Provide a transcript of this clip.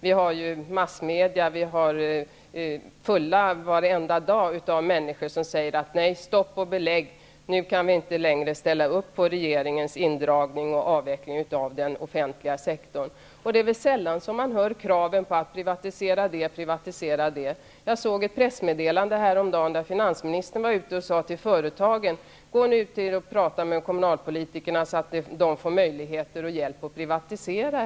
Fullt av människor säger varenda dag i massmedia: Stopp och belägg. Nu kan vi inte längre ställa upp på regeringens indragning och avveckling av den offentliga sektorn. Det är sällan man hör kraven på att privatisera det ena eller det andra. Jag såg ett pressmeddelande häromdagen. Det gällde finansministern, som var ute på företagen och sade att skulle de prata med kommunalpolitikerna, så att de fick hjälp att privatisera.